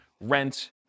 rent